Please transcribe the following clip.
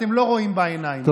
ואתם לא רואים בעיניים.